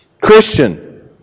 Christian